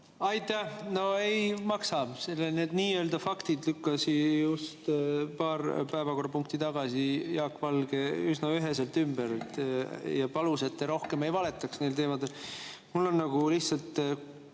Aitäh! No ei maksa, need nii-öelda faktid lükkas just paar päevakorrapunkti tagasi Jaak Valge üsna üheselt ümber ja palus, et te rohkem ei valetaks neil teemadel. Mul on lihtsalt